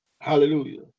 Hallelujah